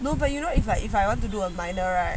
no but you know if I if I want to do a minor right